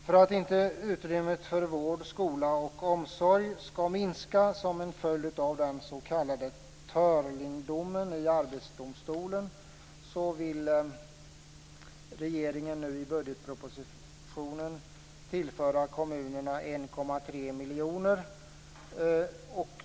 För att inte utrymmet för vård, skola och omsorg skall minska som följd av den s.k. Törlingdomen i Arbetsdomstolen, vill regeringen i budgetpropositionen tillföra kommunerna 1,3 miljoner kronor.